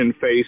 face